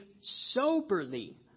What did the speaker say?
soberly